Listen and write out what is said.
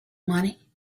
money